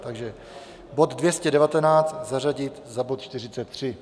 Takže bod 219 zařadit za bod 43.